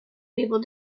people